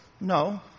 No